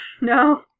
no